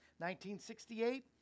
1968